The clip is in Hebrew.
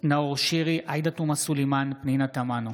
נאור שירי, עאידה תומא סלימאן, פנינה תמנו.